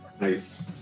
Nice